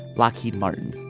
lockheed-martin.